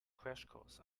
crashkurs